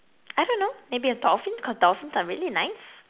I don't know maybe a dolphin cause dolphins are really nice